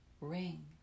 ring